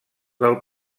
del